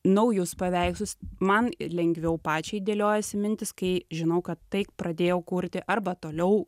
naujus paveikslus man lengviau pačiai dėliojasi mintys kai žinau kad tai pradėjau kurti arba toliau